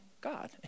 God